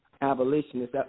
abolitionists